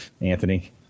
Anthony